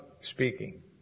speaking